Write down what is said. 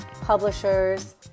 publishers